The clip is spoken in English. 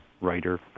writer